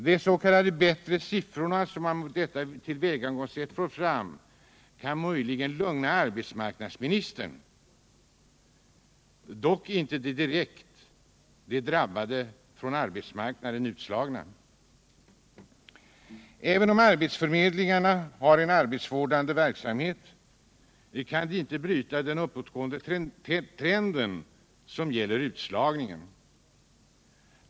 De ”bättre” siffrorna, som man med detta tillvägagångssätt får fram, kan möjligen lugna arbetsmarknadsministern, dock inte de direkt drabbade — de från arbetsmarknaden utslagna. Även om arbetsförmedlingarna har en arbetsvårdande verksamhet kan de inte bryta den uppåtgående trend som gäller utslagningen.